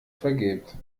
vergilbt